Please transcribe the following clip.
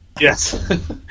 Yes